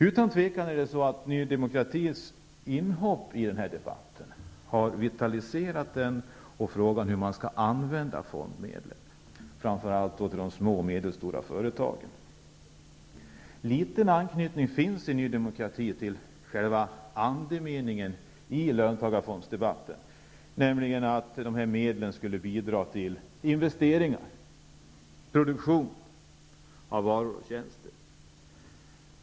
Utan tvivel har Ny demokratis inhopp i denna debatt vitaliserat debatten om hur fondmedlen skall användas, framför allt när det gäller de små och medelstora företagen. En liten anknytning till själva andemeningen i löntagarfondsdebatten finns i Ny demokratis förslag, nämligen att dessa medel skulle bidra till investeringar och produktion av varor och tjänster.